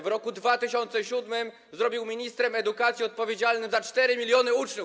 w roku 2007 zrobił ministrem edukacji odpowiedzialnym za 4 mln uczniów.